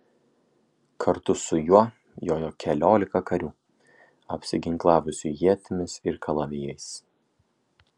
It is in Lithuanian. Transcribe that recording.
kartu su juo jojo keliolika karių apsiginklavusių ietimis ir kalavijais